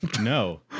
No